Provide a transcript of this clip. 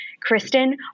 Kristen